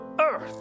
earth